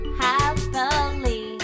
happily